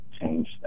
change